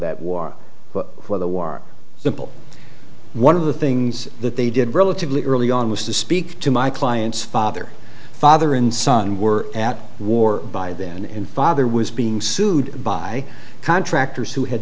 that war while the war simple one of the things that they did relatively early on was to speak to my clients father father and son were at war by then and father was being sued by contractors who had